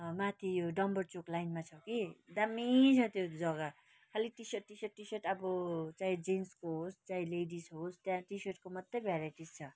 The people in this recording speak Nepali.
माथि यो डम्बर चोक लाइनमा छ कि दामी छ त्यो जगा खाली T shirt T shirt T shirt अब चाहे जेन्सको होस् चाहे लेडिज होस् त्यहाँ टिसर्टको मात्रै भेराइटिज छ